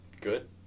good